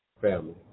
family